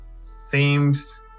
seems